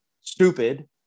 stupid